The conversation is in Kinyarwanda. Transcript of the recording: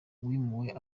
wimuwe